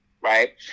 right